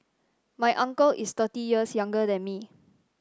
my uncle is thirty years younger than me